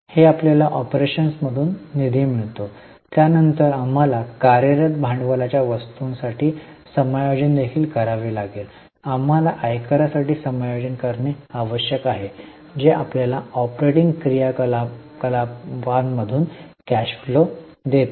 हे आपल्याला ऑपरेशन्समधून निधी देते त्यानंतर आम्हाला कार्यरत भांडवलाच्या वस्तूंसाठी समायोजन देखील करावे लागेल आम्हाला आयकरासाठी समायोजन करणे आवश्यक आहे जे आपल्याला ऑपरेटिंग क्रियाकलापांमधून कॅश फ्लो देते